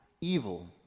evil